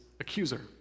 accuser